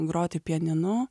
groti pianinu